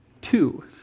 two